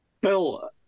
Bill